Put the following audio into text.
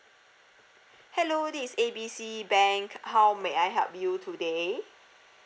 hello this is A B C bank how may I help you today